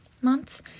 months